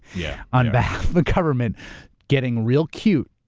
yeah. on behalf the government getting real cute.